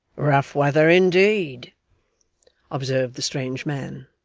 rough weather indeed observed the strange man.